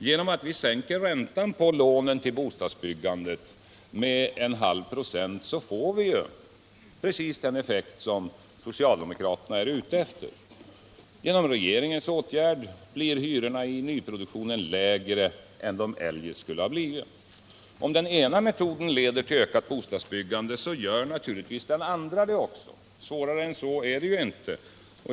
Genom att vi sänker räntan på lånen till bostadsbyggandet med 0,5 96 uppnås ju precis den effekt som socialdemokraterna är ute efter. Genom regeringens åtgärd blir hyrorna i nyproduktionen lägre än de eljest skulle ha blivit. Om den ena metoden leder till ökat bostadsbyggande, så gör naturligtvis den andra det också. Svårare än så är det inte.